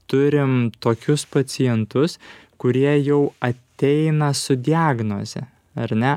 turim tokius pacientus kurie jau ateina su diagnoze ar ne